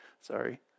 sorry